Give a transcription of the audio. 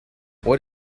what